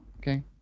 Okay